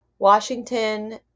Washington